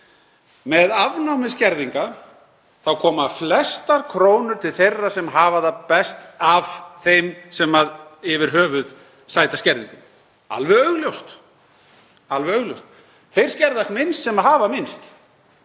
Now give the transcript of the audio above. Með afnámi skerðinga koma flestar krónur til þeirra sem hafa það best af þeim sem yfir höfuð sæta skerðingum, alveg augljóst. Þeir skerðast minnst sem hafa minnst.